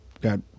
Got